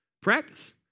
practice